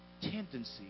tendency